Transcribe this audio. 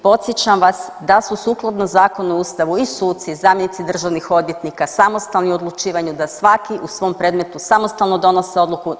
Podsjećam vas da su sukladno Zakonu o Ustavu i suci i zamjenici državnih odvjetnika samostalni u odlučivanju, da svaki u svom predmetu samostalno donose odluku.